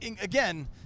again